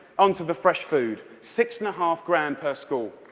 onto the fresh food six-and-a-half grand per school.